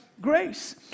Grace